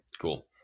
cool